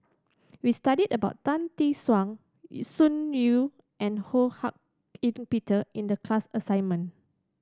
we studied about Tan Tee Suan Sun Yee and Ho Hak Ean Peter in the class assignment